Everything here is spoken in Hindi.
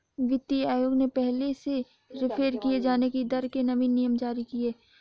वित्तीय आयोग ने पहले से रेफेर किये जाने की दर के नवीन नियम जारी किए